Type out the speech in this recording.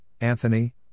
Anthony